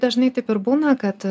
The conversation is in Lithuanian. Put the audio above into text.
dažnai taip ir būna kad